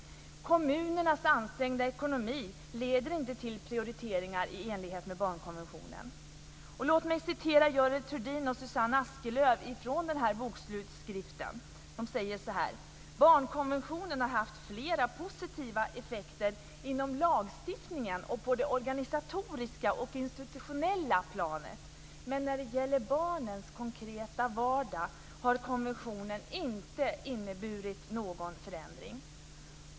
Kommunernas ansträngda ekonomi leder inte till prioriteringar i enlighet med barnkonventionen. Låt mig citera Görel Thurdin och Susanne Askelöf från bokslutsskriften. De säger: Barnkonventionen har haft flera positiva effekter inom lagstiftningen och på det organisatoriska och institutionella planet. Men när det gäller barnens konkreta vardag har konventionen inte inneburit någon förändring.